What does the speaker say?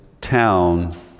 town